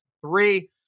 three